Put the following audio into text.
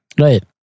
right